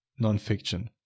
nonfiction